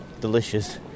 delicious